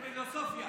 זו פילוסופיה.